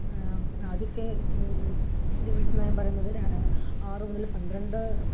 ആദ്യമൊക്കെ ഈ വിദ്യാഭ്യാസ നയം പറയുന്നതിൽ ആറു മുതൽ പന്ത്രണ്ട്